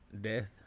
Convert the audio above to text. Death